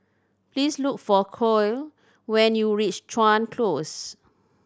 please look for Khloe when you reach Chuan Close